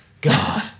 God